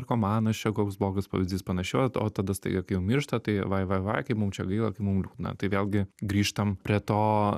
narkomanas čia koks blogas pavyzdys panašiai o o tada staiga kai jau miršta tai vai vai vai kaip mum čia gaila kaip mums liūdna tai vėlgi grįžtam prie to